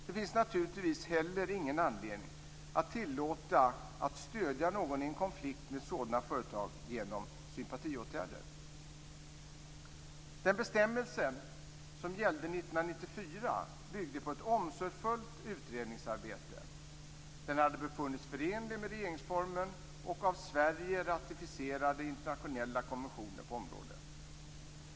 Det finns naturligtvis heller ingen anledning att tillåta att man genom sympatiåtgärder stöder någon i en konflikt med sådana företag. Den bestämmelse som gällde 1994 byggde på ett omsorgsfullt utredningsarbete. Den hade befunnits förenlig med regeringsformen och av Sverige ratificerade internationella konventioner på området.